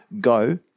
go